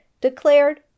declared